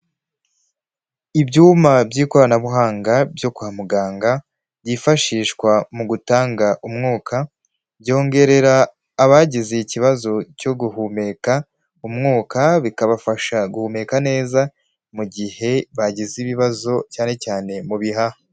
Ibyuma by'ikoranabuhanga byo kwa muganga byifashishwa mu gutanga umwuka, byongerera abagize ikibazo cyo guhumeka umwuka bikabafasha guhumeka neza, mu gihe bagize ibibazo cyane cyane mu bihaha.